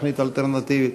תוכנית אלטרנטיבית,